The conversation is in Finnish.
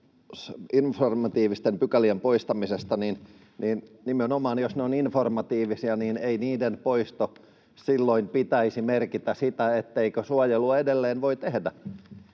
informatiivisten pykälien poistamisesta. Nimenomaan, jos ne ovat informatiivisia, ei niiden poiston silloin pitäisi merkitä sitä, etteikö suojelua edelleen voi tehdä.